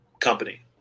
company